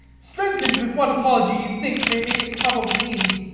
strength'ned with what apology you think may make it probable need.